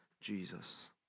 Jesus